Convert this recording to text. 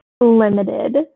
limited